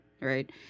right